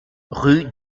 rue